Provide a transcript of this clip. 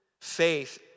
Faith